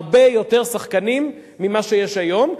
הרבה יותר שחקנים ממה שיש היום.